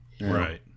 right